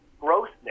grossness